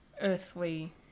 earthly